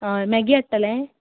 हय मैगी हाडटले